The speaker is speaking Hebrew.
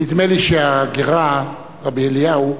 נדמה לי שהגר"א, רבי אליהו,